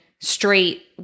straight